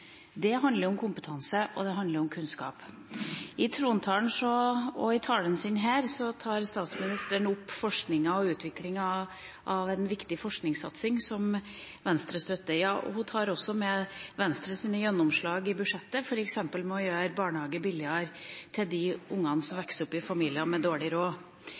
Det handler om kompetanse, og det handler om kunnskap. I trontalen og i innlegget sitt her tok statsministeren opp forskninga og utviklinga av en viktig forskningssatsing, som Venstre støtter. Hun tok også med Venstres gjennomslag i budsjettet, f.eks. å gjøre barnehager billigere for de ungene som vokser opp i familier med dårlig råd.